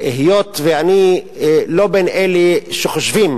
והיות שאני לא בין אלה שחושבים